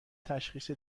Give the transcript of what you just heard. تشخیص